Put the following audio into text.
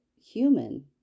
human